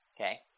Okay